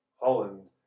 Holland